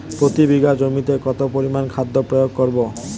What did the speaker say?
প্রতি বিঘা জমিতে কত পরিমান খাদ্য প্রয়োগ করব?